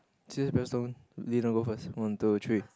scissors paper stone loser go first one two three